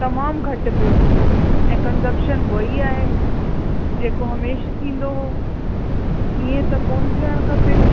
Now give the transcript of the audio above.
तमामु घटि पियो हले ऐं कंज़प्शन उहा ई आहे जेको हमेशा थींदो हो ईअं त कोन थियणु खपे